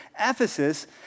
Ephesus